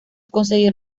conseguir